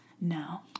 no